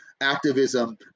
activism